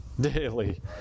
daily